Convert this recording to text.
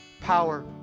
power